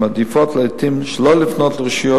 שמעדיפות לעתים שלא לפנות אל רשויות